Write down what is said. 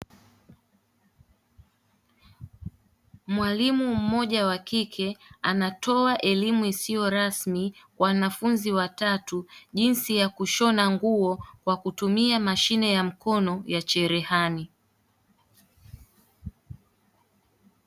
Mwalimu mmoja wakike anatoa elimu isiyo rasmi, kwa wanafunzi watatu jinsi yakushona nguo kwakutumia mashine ya mkono ya cherehani.